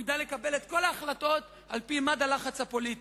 הוא ידע לקבל את כל ההחלטות על-פי מד הלחץ הפוליטי.